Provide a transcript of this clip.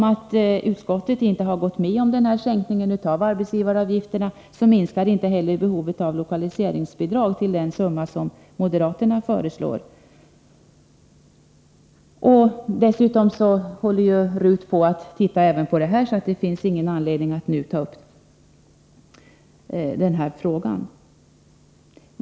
Då utskottet inte går med på denna sänkning av arbetsgivaravgifterna, minskar inte heller behovet av lokaliseringsbidrag till den summa som moderaterna föreslår. Dessutom arbetar RUT även med denna fråga, så det finns ingen anledning att nu ta upp den.